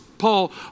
Paul